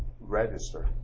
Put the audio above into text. register